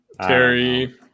Terry